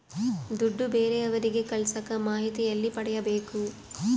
ದುಡ್ಡು ಬೇರೆಯವರಿಗೆ ಕಳಸಾಕ ಮಾಹಿತಿ ಎಲ್ಲಿ ಪಡೆಯಬೇಕು?